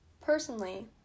Personally